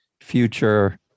future